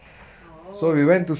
oh